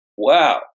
Wow